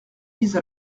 vise